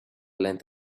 length